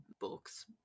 books